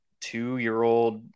two-year-old